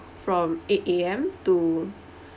from eight A_M to